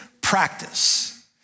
practice